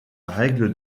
règle